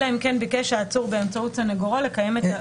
אלא אם כן ביקש העצור באמצעות סנגורו לקיים".